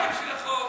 בשביל החוק.